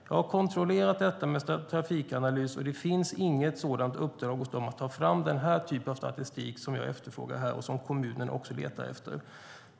Jag har kontrollerat detta med Trafikanalys, och det finns inget uppdrag hos dem att ta fram den typ av statistik som jag efterfrågar här och som kommunerna också letar efter.